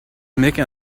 making